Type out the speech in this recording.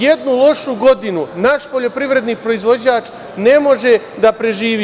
Jednu lošu godinu naš poljoprivredni proizvođač ne može da preživi.